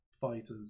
fighters